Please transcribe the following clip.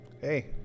hey